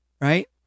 Right